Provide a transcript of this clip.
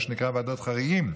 מה שנקרא ועדות חריגים,